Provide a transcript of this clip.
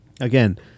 again